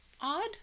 odd